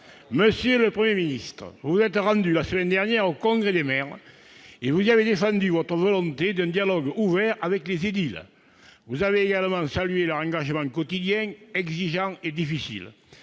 Monsieur le Premier ministre, vous vous êtes rendu la semaine dernière au Congrès des maires et vous y avez défendu votre volonté d'un dialogue ouvert avec les édiles. Vous avez également salué leur engagement quotidien, exigeant et difficile.